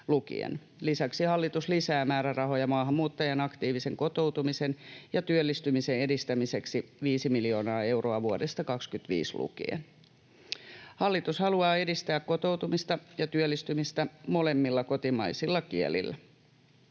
Lisäksi hallitus lisää määrärahoja maahanmuuttajien aktiivisen kotoutumisen ja työllistymisen edistämiseksi 5 miljoonaa euroa vuodesta 25 lukien. Hallitus haluaa edistää kotoutumista ja työllistymistä molemmilla kotimaisilla kielillä.